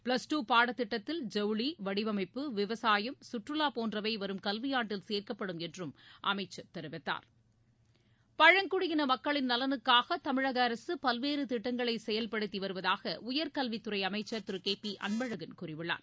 plus two பாடத்திட்டத்தில் ஜவுளி வடிவமைப்பு விவசாயம் சுற்றுவா போன்றவை வரும் கல்வியாண்டில் சேர்க்கப்படும் என்றும் அமைச்சர் தெரிவித்தார் பழங்குடியின மக்களின் நலனுக்காக தமிழக அரசு பல்வேறு திட்டங்களை செயல்படுத்தி வருவதாக உயர்கல்வித்துறை அமைச்சர் திரு கே பி அன்பழகன் கூறியுள்ளார்